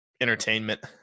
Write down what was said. entertainment